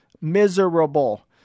Miserable